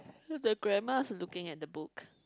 so the grandma's looking at the book